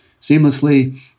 seamlessly